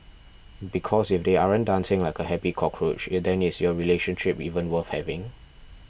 because if they aren't dancing like a happy cockroach then is your relationship even worth having